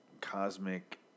cosmic